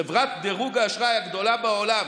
חברת דירוג האשראי הגדולה בעולם,